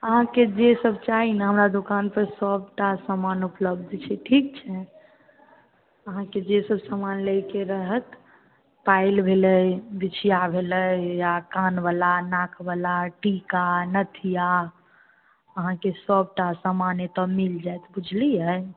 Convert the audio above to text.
अहाँकेँ जे सब चाही ने हमरा दोकान पर सबटा समान उपलब्ध छै ठीक छै अहाँकेँ जे सब समान लैके रहत पायल भेलै बिछिआ भेलै या कान बला नाक बला टीका नथिआ अहाँके सबटा समान एतऽ मिल जाएत बुझलियै